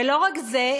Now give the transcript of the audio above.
ולא רק זה,